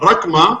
רק מה,